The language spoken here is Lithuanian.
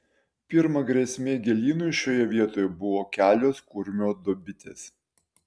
pirma grėsmė gėlynui šioje vietoje buvo kelios kurmio duobytės